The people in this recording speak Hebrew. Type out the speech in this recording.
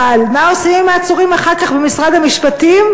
אבל מה עושים עם העצורים אחר כך במשרד המשפטים?